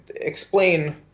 explain